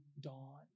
dawn